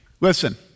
Listen